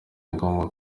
ngombwa